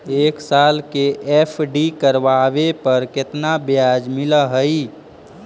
एक साल के एफ.डी करावे पर केतना ब्याज मिलऽ हइ?